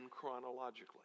chronologically